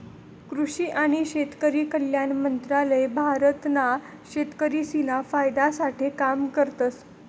कृषि आणि शेतकरी कल्याण मंत्रालय भारत ना शेतकरिसना फायदा साठे काम करतस